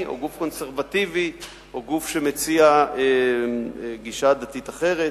או גוף קונסרבטיבי או גוף שמציע גישה דתית אחרת.